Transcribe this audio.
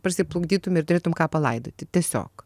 parsiplukdytum ir turėtum ką palaidoti tiesiog